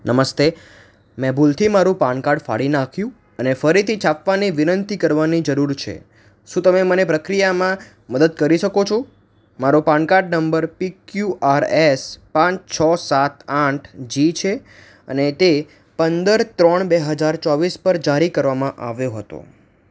નમસ્તે મેં ભૂલથી મારું પાન કાડ ફાડી નાખ્યું અને ફરીથી છાપવાની વિનંતી કરવાની જરૂર છે શું તમે મને પ્રક્રિયામાં મદદ કરી શકો છો મારો PAN card number P Q R S પાંચ છ સાત આઠ જી છે અને તે પંદર ત્રણ બે હજાર ચોવીસ પર જારી કરવામાં આવ્યો હતો